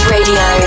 Radio